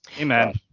amen